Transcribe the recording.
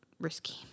risky